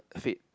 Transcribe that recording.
fate